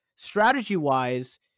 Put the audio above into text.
Strategy-wise